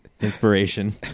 inspiration